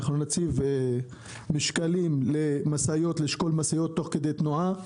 ואנחנו נציב משקלים לשקול משאיות תוך כדי תנועה.